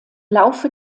laufe